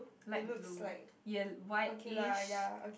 light blue yel~ whitish